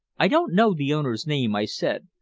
i don't know the owner's name, i said,